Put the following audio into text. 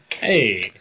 Hey